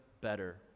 better